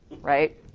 right